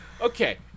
Okay